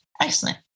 excellent